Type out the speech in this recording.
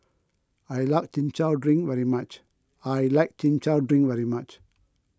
I like Chin Chow Drink very much I like Chin Chow Drink very much